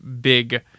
big